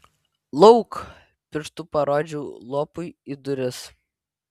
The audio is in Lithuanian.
lauk pirštu parodžiau lopui į duris